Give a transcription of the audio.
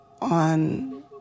on